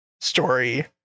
story